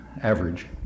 average